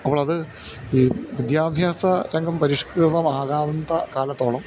അപ്പോൾ അത് ഈ വിദ്യാഭ്യാസ രംഗം പരിഷ്കൃതമാകാത്ത കാലത്തോളം